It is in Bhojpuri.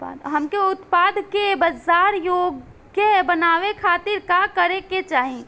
हमके उत्पाद के बाजार योग्य बनावे खातिर का करे के चाहीं?